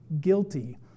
guilty